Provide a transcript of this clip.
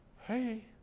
hey